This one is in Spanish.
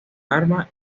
arma